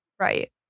Right